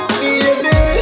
baby